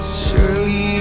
surely